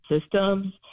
systems